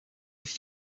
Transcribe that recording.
would